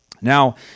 Now